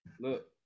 Look